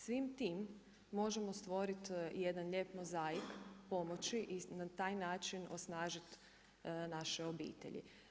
Svim tim možemo stvoriti jedan lijep mozaik pomoći i na taj način osnažit naše obitelji.